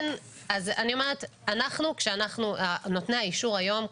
אני אומרת שנותני האישור היום,